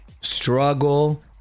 struggle